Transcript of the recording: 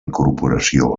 incorporació